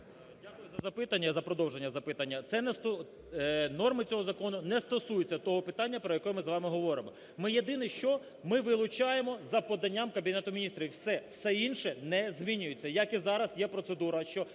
Дякую за запитання, за продовження запитання. Норми цього закону не стосується того питання, про яке ми з вами говоримо. Ми єдине що, ми вилучає за поданням Кабінету Міністрів, все. Все інше не змінюється. Як і зараз є процедура,